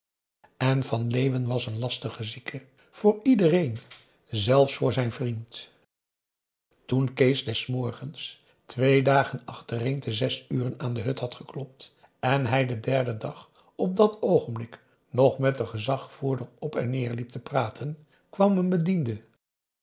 en van leeuwen was een lastige zieke voor iedereen zelfs voor zijn vriend toen kees des morgens twee dap a daum hoe hij raad van indië werd onder ps maurits gen achtereen te zes uren aan de hut had geklopt en hij den derden dag op dat oogenlik nog met den gezagvoerder op en neer liep te praten kwam een bediende